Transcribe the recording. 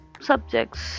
subjects